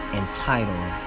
entitled